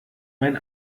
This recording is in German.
mein